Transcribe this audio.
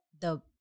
the-